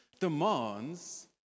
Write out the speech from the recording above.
demands